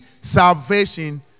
salvation